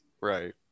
right